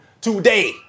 today